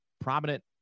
prominent